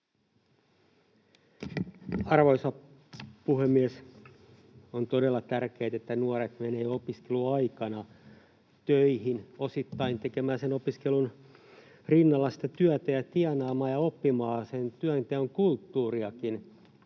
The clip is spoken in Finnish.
Arvoisa puhemies! On todella tärkeää, että nuoret menevät opiskeluaikana töihin osittain, tekemään sen opiskelun rinnalla työtä ja tienaamaan ja oppimaan sitä työnteon kulttuuriakin.